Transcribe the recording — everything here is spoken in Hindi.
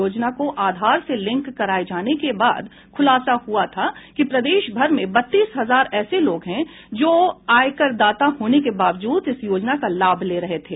योजना को आधार से लिंक कराये जाने के बाद खुलासा हुआ था कि प्रदेश भर में बत्तीस हजार ऐसे लोग हैं जो आयकरदाता होने के बावजूद इस योजना का लाभ ले रहे थे